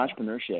entrepreneurship